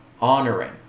honoring